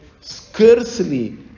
scarcely